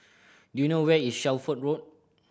do you know where is Shelford Road